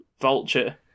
Vulture